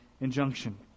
injunction